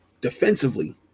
Defensively